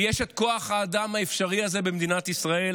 ויש את כוח האדם האפשרי הזה במדינת ישראל,